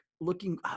looking